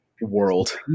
world